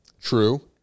True